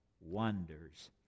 wonders